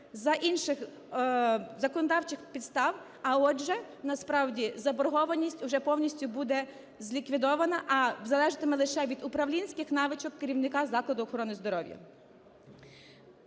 за інших законодавчих підстав, а отже насправді заборгованість уже повністю буде зліквідована, а залежатиме лише від управлінських навичок керівника закладу охорони здоров'я.